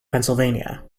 pennsylvania